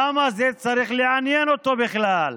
למה זה צריך לעניין אותו בכלל?